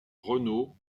renault